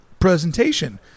presentation